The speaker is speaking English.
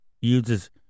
Uses